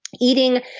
Eating